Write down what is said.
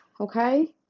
okay